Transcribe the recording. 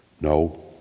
No